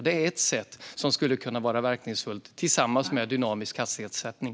Det är ett sätt som skulle kunna vara verkningsfullt, tillsammans med dynamisk hastighetssättning.